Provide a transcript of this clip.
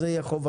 זו תהיה חובתנו.